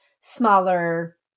smaller